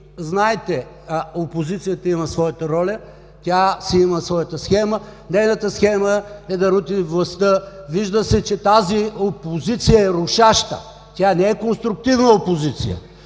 знайте, опозицията има своята роля, тя си има своята схема. Нейната схема е да рути властта. Вижда се, че тази опозиция е рушаща, тя не е конструктивна опозиция.